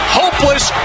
hopeless